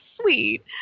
sweet